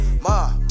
ma